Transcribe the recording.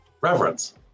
Reverence